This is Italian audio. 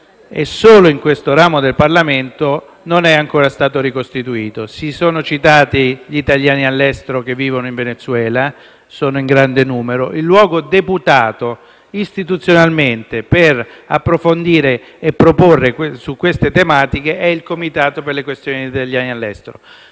e solo in questo ramo del Parlamento non è ancora stato ricostituito. Si sono citati gli italiani che vivono in Venezuela, che sono in grande numero: ebbene, il luogo deputato istituzionalmente per approfondire e avanzare proposte relative a tali tematiche è il Comitato per le questioni degli italiani all'estero.